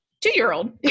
two-year-old